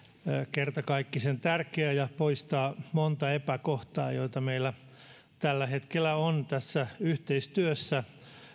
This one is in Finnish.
kertakaikkisen tärkeä ja poistaa monta epäkohtaa joita meillä tällä hetkellä on tässä yhteistyössä